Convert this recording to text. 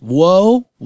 whoa